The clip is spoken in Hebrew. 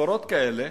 ממשכורות כאלה